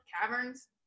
Caverns